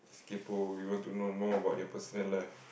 kaypoh you want to know more about the person life